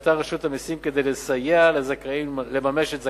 שנקטה רשות המסים כדי לסייע לזכאים לממש את זכאותם.